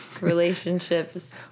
relationships